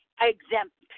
exempt